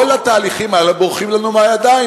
כל התהליכים האלה בורחים לנו מהידיים,